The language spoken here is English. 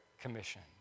commission